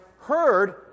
heard